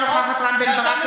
אינו נוכח רם בן ברק,